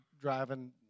driving